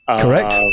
Correct